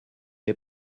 les